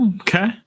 okay